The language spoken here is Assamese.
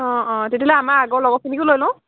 অঁ অঁ তেতিয়াহ'লে আমাৰ আগৰখিনিকো লৈ লওঁ